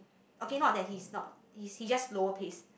okay not that he is not he's just lower pace